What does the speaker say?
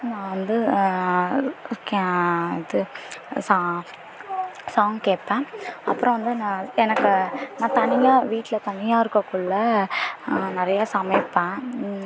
நான் வந்து இது சா சாங் கேட்பேன் அப்புறம் வந்து நான் எனக்கு நான் தனியாக வீட்டில் தனியாக இருக்க குள்ளே நான் நிறைய சமைப்பேன்